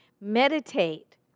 Meditate